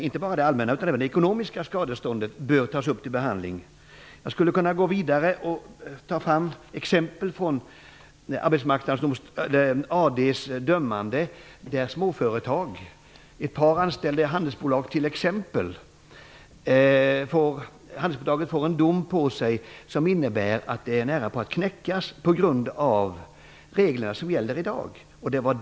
Inte bara det allmänna utan också det ekonomiska skadeståndet bör tas upp till behandling. Jag skulle kunna gå vidare och ta fram exempel från Arbetsdomstolens dömande, där ett handelsföretag med ett par anställda får en dom på sig som nästan knäcker företaget genom de regler som i dag gäller.